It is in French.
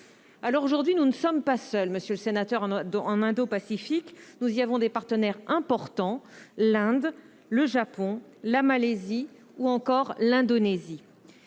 espace maritime. Nous ne sommes pas seuls, monsieur le sénateur, dans la zone indo-pacifique. Nous y avons des partenaires importants : l'Inde, le Japon, la Malaisie ou encore l'Indonésie.